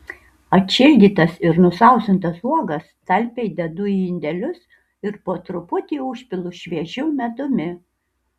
atšildytas ir nusausintas uogas talpiai dedu į indelius ir po truputį užpilu šviežiu medumi